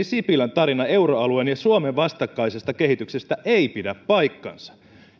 sipilän tarina euroalueen ja suomen vastakkaisesta kehityksestä ei pidä paikkaansa